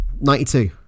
Ninety-two